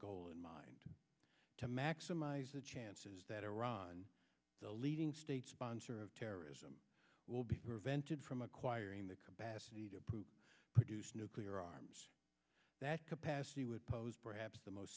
goal in mind to maximize the chances that iran the leading state sponsor of terrorism will be prevented from acquiring the capacity to uproot produce nuclear arms that capacity would pose perhaps the most